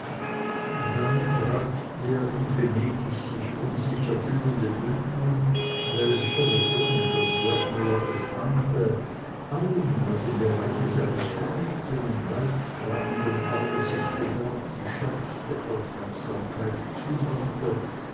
dann trat der in venedig sich unsicher fühlende bündner welcher ohne daß wertmüller es ahnte allem was im bereiche seines geübten und weittragenden auges sich begab die schärfste aufmerksamkeit zuwandte